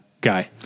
guy